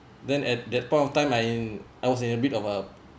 then at that point of time I I was in a bit of uh